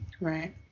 Right